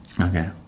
Okay